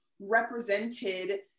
represented